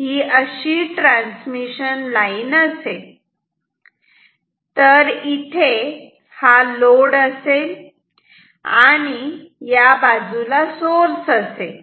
ही अशी transmission line असेल तर इथे हा लोड असेल आणि या बाजूला सोर्स असेल